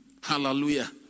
Hallelujah